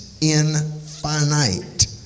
infinite